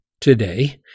today